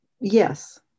Yes